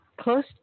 close